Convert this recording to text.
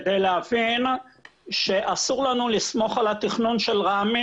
כדי להבין שאסור לנו לסמוך על התכנון של רמ"י